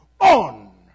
on